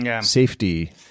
safety